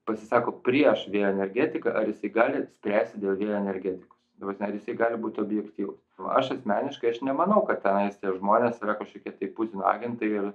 pasisako prieš vėjo energetiką ar jisai gali spręsti dėl vėjo energetikos ta prasme ar jisai gali būti objektyvus aš asmeniškai aš nemanau kad tenais tie žmonės yra kažkokie tai putino agentai ir